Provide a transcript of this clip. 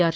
R